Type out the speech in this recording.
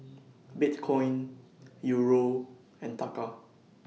Bitcoin Euro and Taka